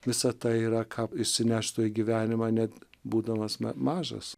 visa tai yra ką išsineštų į gyvenimą net būdamas ma mažas